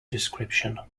description